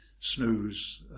snooze